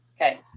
Okay